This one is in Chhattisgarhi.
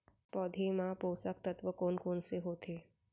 पौधे मा पोसक तत्व कोन कोन से होथे?